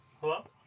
hello